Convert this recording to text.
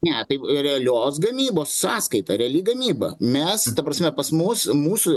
ne tai realios gamybos sąskaita reali gamyba mes ta prasme pas mus mūsų